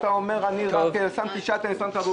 אתה לא יכול לומר: שמתי שאטל וזהו.